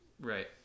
Right